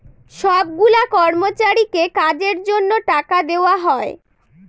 সব গুলা কর্মচারীকে কাজের জন্য টাকা দেওয়া হয়